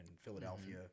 Philadelphia